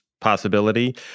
possibility